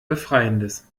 befreiendes